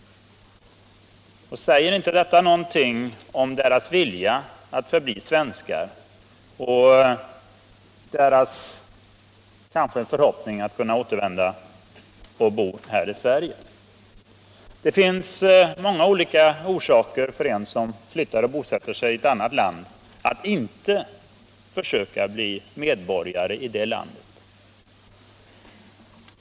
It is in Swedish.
Säger inte detta någonting om deras vilja att förbli svenskar och deras förhoppning att kanske kunna återvända och bo här i Sverige? Det finns många olika orsaker för den som flyttar och bosätter sig i ett annat land att inte försöka bli medborgare i det landet.